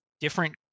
different